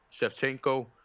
Shevchenko